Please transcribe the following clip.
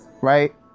right